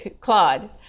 Claude